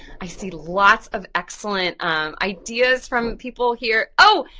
i see lots of excellent ideas from people here. oh,